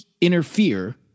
interfere